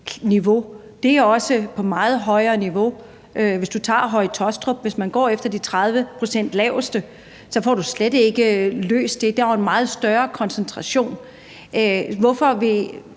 og det er også på et meget højere niveau. Hvis du f.eks. i Høje Taastrup går efter de 30 pct. på det laveste niveau, så får du slet ikke løst det. Der er jo en meget større koncentration. Hvorfor vil